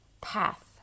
path